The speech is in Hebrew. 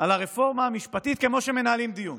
על הרפורמה המשפטית כמו שמנהלים דיון,